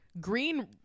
green